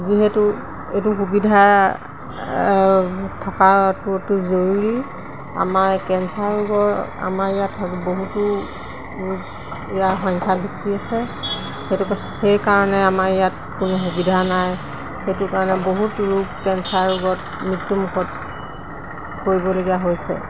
যিহেতু এইটো সুবিধা থকাটো অতি জৰুৰী আমাৰ কেন্সাৰ ৰোগৰ আমাৰ ইয়াত বহুতো ৰোগ ইয়াৰ সংখ্যা বেছি আছে সেইটো সেইকাৰণে আমাৰ ইয়াত কোনো সুবিধা নাই সেইটো কাৰণে বহুত ৰোগ কেন্সাৰ ৰোগত মৃত্যুমুখত পৰিবলগীয়া হৈছে